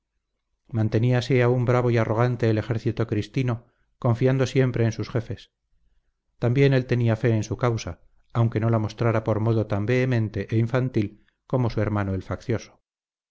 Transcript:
echevarri manteníase aún bravo y arrogante el ejército cristino confiando siempre en sus jefes también él tenía fe en su causa aunque no la mostrara por modo tan vehemente e infantil como su hermano el faccioso